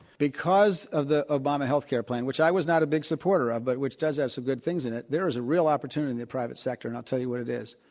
because of the obama health care plan, which i was not a big supporter of, but which does have some good things in it, there is a real opportunity in the private sector. and i'll tell you what it is.